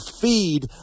feed